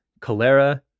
cholera